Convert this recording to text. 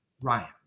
Ryan